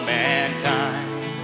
mankind